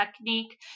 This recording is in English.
technique